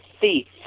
thief